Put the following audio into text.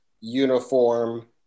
uniform